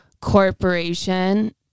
corporation